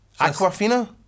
Aquafina